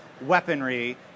weaponry